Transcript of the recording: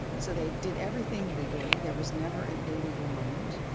so they did everything legally, there was never an illegal moment,